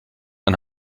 ein